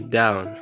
down